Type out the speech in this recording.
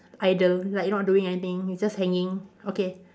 idle like not doing anything it's just hanging okay